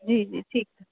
जी जी ठीकु आहे